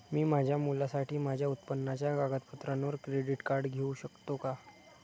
मी माझ्या मुलासाठी माझ्या उत्पन्नाच्या कागदपत्रांवर क्रेडिट कार्ड घेऊ शकतो का?